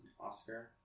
Oscar